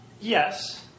Yes